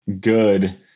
good